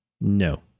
No